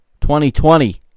2020